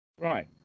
Right